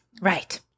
Right